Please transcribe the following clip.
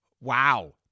wow